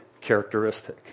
characteristic